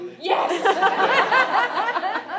Yes